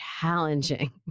challenging